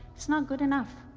it's not good enough.